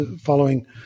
following